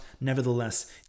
nevertheless